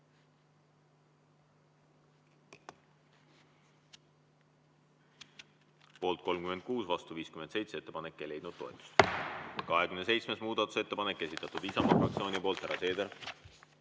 Poolt 36, vastu 57. Ettepanek ei leidnud toetust. 27. muudatusettepanek, esitatud Isamaa fraktsiooni poolt. Härra Seeder!